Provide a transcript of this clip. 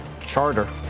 Charter